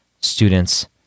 students